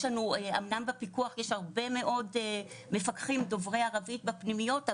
אמנם בפיקוח יש הרבה מאוד מפקחים דובר ערבית בפנימיות,